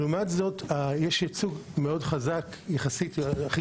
לעומת זאת יש ייצוג מאוד חזק ויחסית הכי